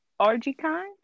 Argykind